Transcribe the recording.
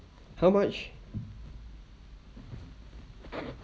how much